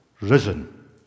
Risen